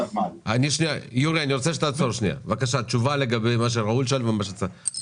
סליחה, תשובה לגבי מה ששאלו ראול ויואב.